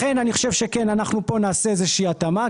לכן אני חושב שאנחנו כאן נעשה איזושהי התאמה,